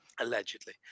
allegedly